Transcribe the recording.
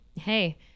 hey